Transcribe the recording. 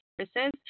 services